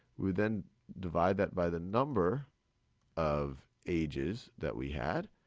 we then divide that by the number of ages that we had,